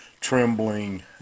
trembling